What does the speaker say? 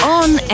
on